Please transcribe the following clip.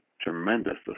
tremendous